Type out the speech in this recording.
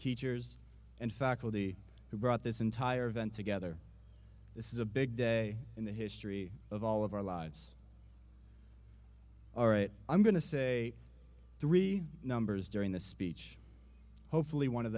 teachers and faculty who brought this entire event together this is a big day in the history of all of our lives all right i'm going to say three numbers during the speech hopefully o